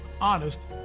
honest